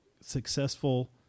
successful